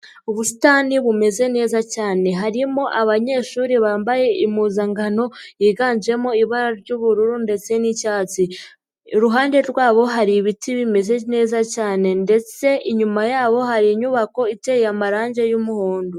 Ubusitani bumeze neza cyane harimo abanyeshuri bambaye impuzankano yiganjemo ibara ry'ubururu ndetse n'icyatsi, iruhande rwabo hari ibiti bimeze neza cyane ndetse inyuma yabo hari inyubako iteye amarange y'umuhondo.